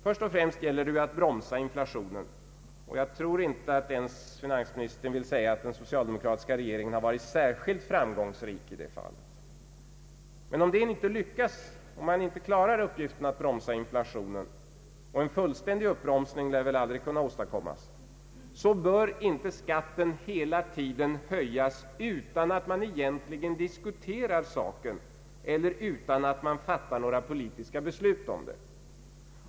Först och främst gäller det ju att bromsa inflationen — jag tror inte ens att finansminister Sträng vill påstå att den socialdemokratiska regeringen har varit särskilt framgångsrik i det fallet. Men om det inte lyckas — och en fullständig uppbromsning lär ju aldrig kunna åstadkommas — så bör inte skatten hela tiden höjas utan att man egentligen diskuterar saken eller fattar några politiska beslut.